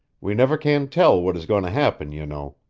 we never can tell what is going to happen, you know.